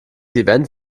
event